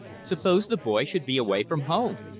suppose the boy should be away from home!